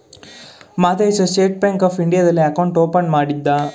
Madesha State Bank of ಇಂಡಿಯಾದಲ್ಲಿ account open ಮಾಡಿದ್ದ